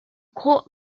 caught